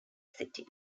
city